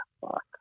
fuck